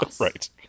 Right